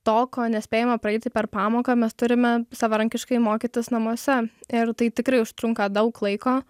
to ko nespėjame praeiti per pamoką mes turime savarankiškai mokytis namuose ir tai tikrai užtrunka daug laiko